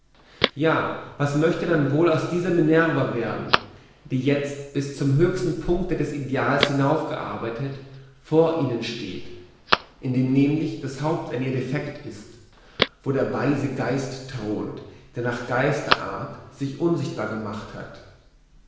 ja was möchte dann wohl aus dieser minerva werden die jetzt bis zum höchsten punkte des ideals hinaufgearbeitet vor ihnen steht indem nämlich das haupt an ihr defekt ist worin der weise geist thront der nach geisterart sich unsichtbar gemacht hat